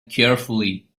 carefully